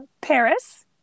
paris